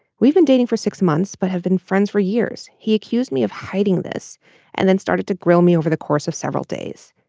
we've been dating for six months but have been friends for years. he accused me of hiding this and then started to grill me over the course of several days.